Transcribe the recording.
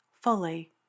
fully